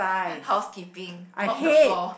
housekeeping mop the floor